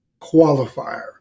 qualifier